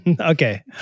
Okay